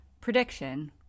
Prediction